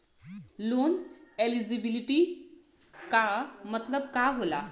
Loan eligibility का मतलब का होला?